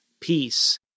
peace